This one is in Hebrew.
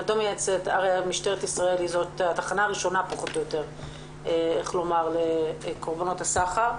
דומיניץ כי משטרת ישראל היא התחנה הראשונה לקורבנות הסחר.